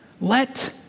let